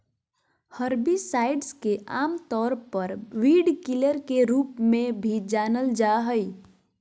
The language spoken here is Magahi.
हर्बिसाइड्स के आमतौर पर वीडकिलर के रूप में भी जानल जा हइ